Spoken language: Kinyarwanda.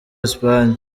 espanye